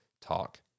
talk